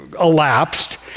elapsed